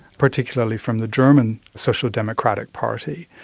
particularly from the german social democratic party,